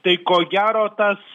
tai ko gero tas